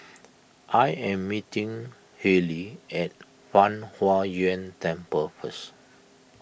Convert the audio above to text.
I am meeting Hailey at Fang Huo Yuan Temple first